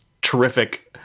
terrific